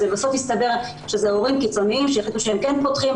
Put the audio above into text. בסוף הסתבר שאלה הורים קיצוניים שהחליטו שהם כן פותחים